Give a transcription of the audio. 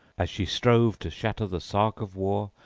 as she strove to shatter the sark of war,